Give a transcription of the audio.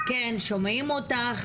כן, שומעים אותך.